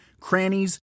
crannies